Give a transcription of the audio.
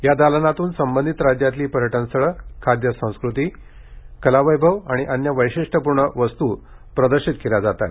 या दालनातून संबंधित राज्यातली पर्यट स्थळं खाद्य संस्कृती कला वैअव आणि अन्य वैशिष्टपूर्ण वस्तू प्रदर्शित केल्या जातात